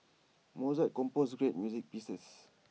Mozart composed great music pieces